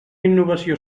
innovació